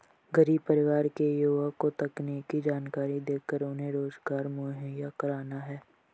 गरीब परिवार के युवा को तकनीकी जानकरी देकर उन्हें रोजगार मुहैया कराना है